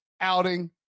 outing